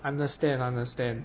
understand understand